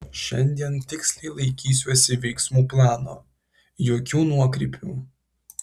šiandien tiksliai laikysiuosi veiksmų plano jokių nuokrypių